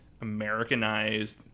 Americanized